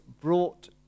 brought